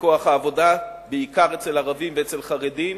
בכוח העבודה בעיקר אצל ערבים ואצל חרדים,